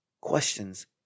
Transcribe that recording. questions